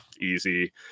easy